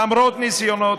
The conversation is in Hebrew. למרות ניסיונות,